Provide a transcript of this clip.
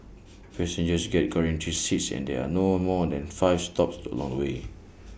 passengers get guaranteed seats and there are no more than five stops the along way